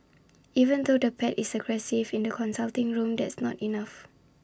even though the pet is aggressive in the consulting room that's not enough